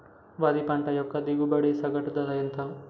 వరి పంట యొక్క దిగుబడి సగటు ధర ఎంత?